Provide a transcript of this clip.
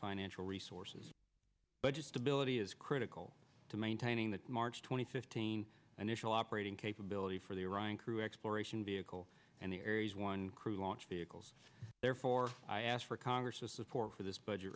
financial resources but just ability is critical to maintaining that march twenty fifteen an initial operating capability for the iranian crew exploration vehicle and the aries one crew launch vehicles therefore i asked for congress of support for this budget